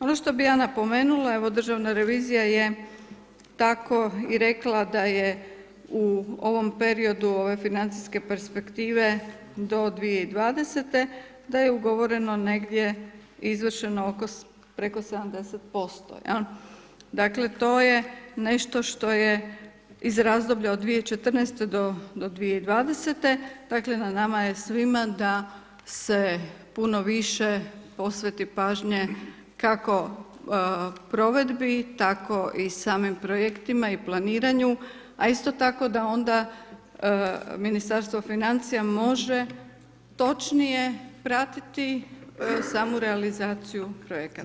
Ono što bi ja napomenula, evo Državna revizija je tako i rekla da je u ovom periodu ove financijske perspektive do 2020. da je ugovoreno negdje izvršeno oko preko 70%, jel, dakle to je nešto što je iz razdoblja od 2014. do 2020. dakle na nama je svima da se puno više posveti pažnje kako provedbi tako i samim projektima i planiranju, a isto tako da onda Ministarstvo financija može točnije pratiti samu realizaciju projekata.